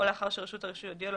או לאחר שרשות הרישוי הודיעה לו,